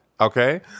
Okay